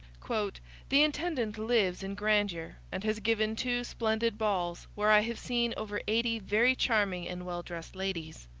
the intendant lives in grandeur, and has given two splendid balls, where i have seen over eighty very charming and well-dressed ladies.